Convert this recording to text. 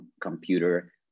computer